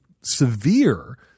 severe